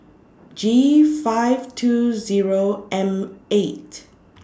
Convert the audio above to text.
G five two Zero M eight